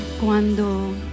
cuando